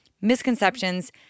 misconceptions